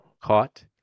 Caught